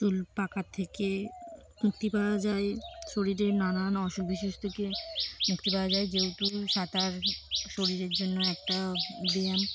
চুল পাকা থেকে মুক্তি পাওয়া যায় শরীরের নানান অসুবিশেষ থেকে মুক্তি পাওয়া যায় যেহেতু সাঁতার শরীরের জন্য একটা ব্যায়াম